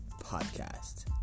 Podcast